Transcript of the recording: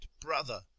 brother